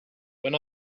when